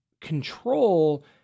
control